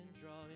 drawing